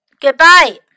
Goodbye